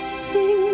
sing